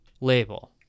label